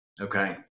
Okay